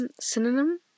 synonym